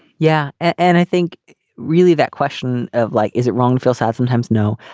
yeah and i think really that question of like is it wrong feel sad sometimes. no.